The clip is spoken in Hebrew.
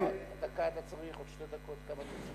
עוד שתי דקות.